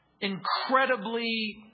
incredibly